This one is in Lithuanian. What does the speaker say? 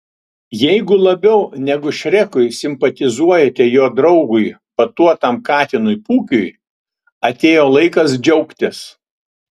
jeigu labiau negu šrekui simpatizuojate jo draugui batuotam katinui pūkiui atėjo laikas džiaugtis